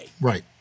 right